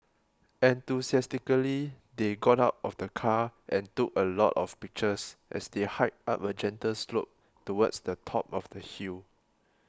enthusiastically they got out of the car and took a lot of pictures as they hiked up a gentle slope towards the top of the hill